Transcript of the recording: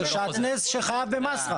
מדובר כאן בשעטנז שחייב במס.